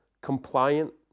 compliant